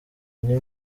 tujye